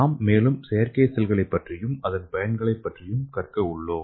நாம் மேலும் செயற்கை செல்களைப் பற்றியும் அதன் பலன்களைப் பற்றியும் கற்க உள்ளோம்